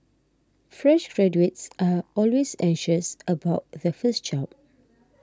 fresh graduates are always anxious about their first job